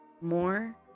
More